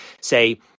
say